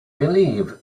believe